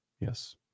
Yes